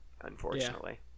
unfortunately